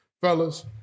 Fellas